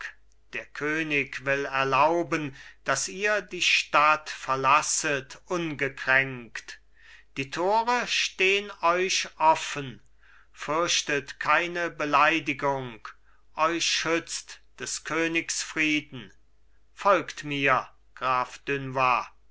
der könig will erlauben daß ihr die stadt verlasset ungekränkt die tore stehn euch offen fürchtet keine beleidigung euch schützt des königs frieden folgt mir